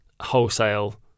wholesale